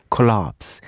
Collapse